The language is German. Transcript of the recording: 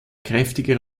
kräftige